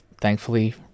thankfully